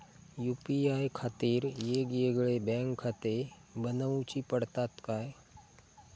UPI खातीर येगयेगळे बँकखाते बनऊची पडतात काय?